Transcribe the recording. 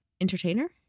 entertainer